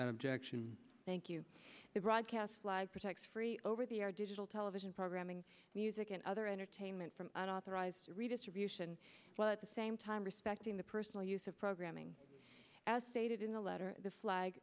objection thank you the broadcast live protects free over the our digital television programming music and other entertainment from an authorized redistribution while at the same time respecting the personal use of programming as stated in the letter the flag